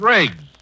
Riggs